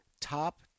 top